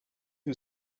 who